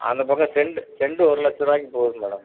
அந்தப்பக்கம் cent cent ஒரு லட்சருபாய்க்கு போகுது மேடம்